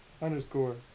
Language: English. Underscore